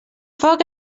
foc